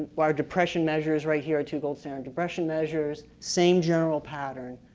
large depression measures right here. two gold standard depression measures, same general pattern.